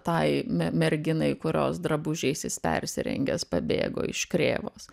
tai me merginai kurios drabužiais jis persirengęs pabėgo iš krėvos